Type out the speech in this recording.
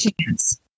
chance